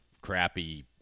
crappy